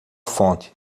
fonte